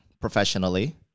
professionally